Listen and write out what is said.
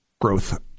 growth